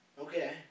Okay